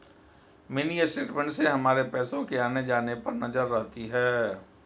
mini statement से हमारे पैसो के आने जाने पर नजर रहती है